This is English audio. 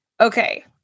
Okay